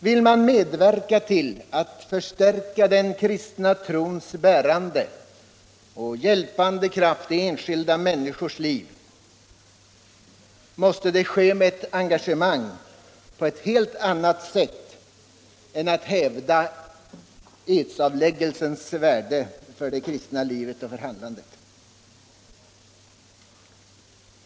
Vill man medverka till att förstärka den kristna trons bärande och hjälpande kraft i enskilda människors liv måste det ske med ett engagemang på helt annat sätt än att hävda edsavläggelsens värde för det krisina livet.